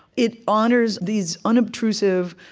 it honors these unobtrusive,